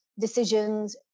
decisions